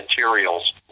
materials